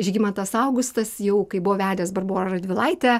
žygimantas augustas jau kai buvo vedęs barborą radvilaitę